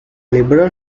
liberal